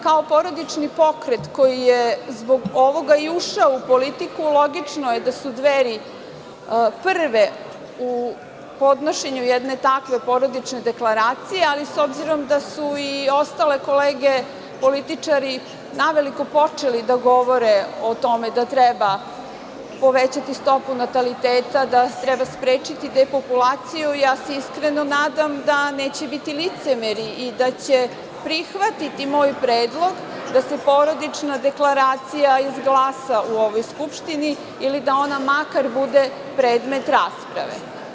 Kao porodični pokret koji je zbog ovoga i ušao u politiku, logično je da su Dveri prve u podnošenju jedne takve porodične deklaracije, ali, s obzirom da su i ostale kolege političari naveliko počeli da govore o tome da treba povećati stopu nataliteta, da treba sprečiti depopulaciju, ja se iskreno nadam da neće biti licemeri i da će prihvatiti moj predlog da se porodična deklaracija izglasa u ovoj Skupštini ili da ona makar bude predmet rasprave.